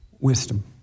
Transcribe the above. wisdom